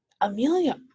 Amelia